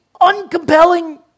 uncompelling